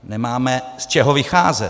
Nemáme z čeho vycházet.